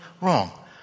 wrong